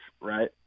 right